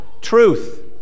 Truth